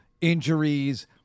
injuries